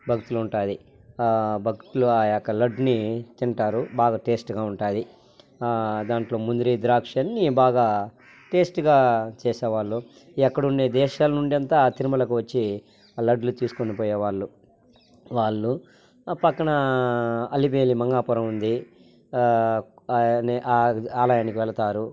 భక్తులు ఉంటాది భక్తులు ఆ యొక్క లడ్డుని తింటారు బాగా టేస్ట్గా ఉంటాది దాంట్లో ముందరి ద్రాక్షఅన్ని బాగా టేస్ట్గా చేసేవాళ్ళు ఎక్కడుండే దేశాల నుండి అంతా తిరుమలకి వచ్చి ఆ లడ్లు తీసుకొని పోయేవాళ్ళు వాళ్ళు ఆ పక్కన అలివేలి మంగాపురం ఉంది ఆలయారికి వెళ్తారు